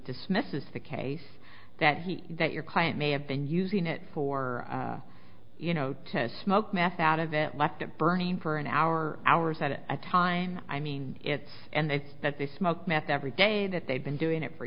dismisses the case that he that your client may have been using it for you know to smoke meth out of it like that burning for an hour or hours at a time i mean it's and they say that they smoke meth every day that they've been doing it for